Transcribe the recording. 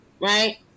right